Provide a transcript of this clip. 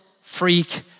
freak